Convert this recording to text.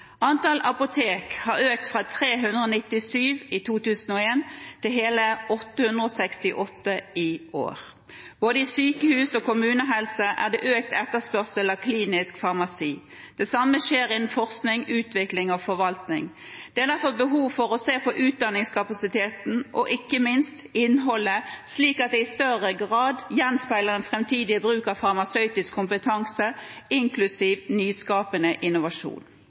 Antall apotek har økt fra 397 i 2001 til hele 868 i år. Både i sykehus og kommunehelsetjeneste er det økt etterspørsel etter klinisk farmasi. Det samme skjer innen forskning, utvikling og forvaltning. Det er derfor behov for å se på utdanningskapasiteten og ikke minst innholdet, slik at det i større grad gjenspeiler den framtidige bruk av farmasøytisk kompetanse, inklusiv nyskapende innovasjon.